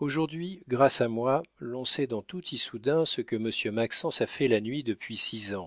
aujourd'hui grâce à moi l'on sait dans tout issoudun ce que monsieur maxence a fait la nuit depuis six ans